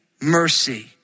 mercy